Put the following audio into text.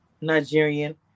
Nigerian